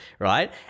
Right